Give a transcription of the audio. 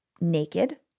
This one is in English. naked